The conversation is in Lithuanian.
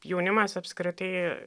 jaunimas apskritai